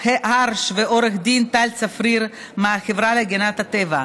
הרש ולעו"ד טל צפריר מהחברה להגנת הטבע.